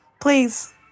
please